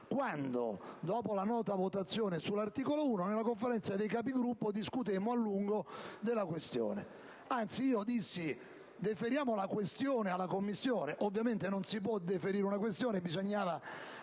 quando, dopo la nota votazione sull'articolo 1, in sede di Conferenza dei Capigruppo abbiamo discusso a lungo della questione. Anzi, io dissi: «Deferiamo la questione alla Commissione» (ma ovviamente non si può deferire una questione: bisogna